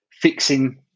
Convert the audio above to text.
fixing